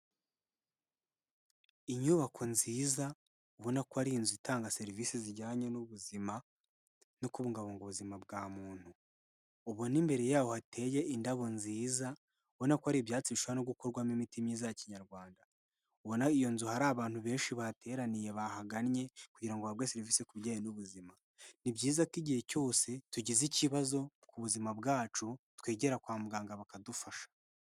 Inyubako nziza ubona ko ari inzu itanga serivisi zijyanye n'ubuzima no kubungabunga ubuzima bwa muntu. Ubona imbere yaho hateye indabo nziza, ubona ko ari ibyatsi bishobora no gukorwamo imiti myiza ya kinyarwanda. Ubona iyo nzu hari abantu benshi bahateraniye bahagannye kugira ngo bahabwe serivisi ku bijyanye n'ubuzima. Ni byiza ko igihe cyose tugize ikibazo ku buzima bwacu twegera kwa muganga bakadufasha.